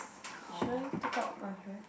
should I take out my hair